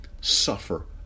suffer